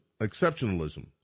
exceptionalism